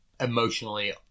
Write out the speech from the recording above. emotionally